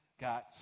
got